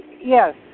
Yes